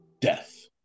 Death